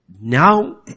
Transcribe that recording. Now